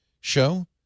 show